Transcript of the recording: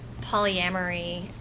polyamory